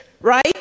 right